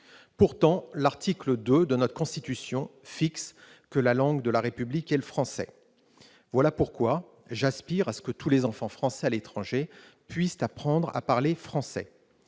Pourtant, l'article 2 de notre Constitution énonce que la langue de la République est le français. Voilà pourquoi j'aspire à ce que tous les enfants français à l'étranger puissent apprendre à parler français.